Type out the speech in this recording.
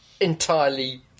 entirely